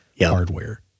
hardware